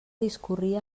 discorria